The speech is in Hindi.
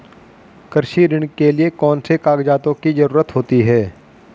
कृषि ऋण के लिऐ कौन से कागजातों की जरूरत होती है?